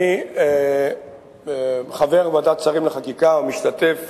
אני חבר ועדת השרים לחקיקה ומשתתף